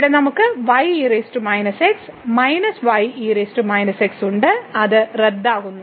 ഇവിടെ നമുക്ക് ഉണ്ട് അത് റദ്ദാക്കുന്നു